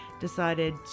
decided